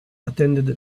attended